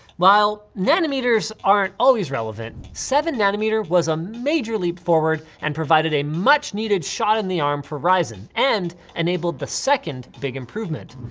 while nanometers aren't always relevant, seven nanometer was a major leap forward and provided a much needed shot in the arm for ryzen and enabled the second big improvement,